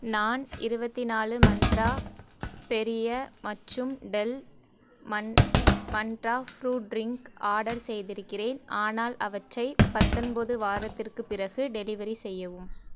நான் இருபத்தி நாலு மந்த்ரா பெரிய மற்றும் டெல் மந் மந்த்ரா ஃப்ரூட் ட்ரிங்க் ஆர்டர் செய்திருக்கிறேன் ஆனால் அவற்றை பத்தொன்பது வாரத்திற்குப் பிறகு டெலிவரி செய்யவும்